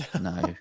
no